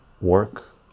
work